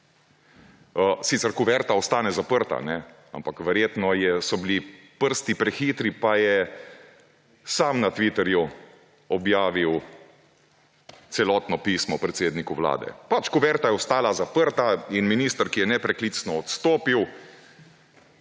Sicer kuverta ostane zaprta, ampak verjetno so bili prsti prehitri, pa je sam na Twitterju objavil celotno pismo predsedniku Vlade. Pač, kuverta je ostala zaprta in minister, ki je nepreklicno odstopil,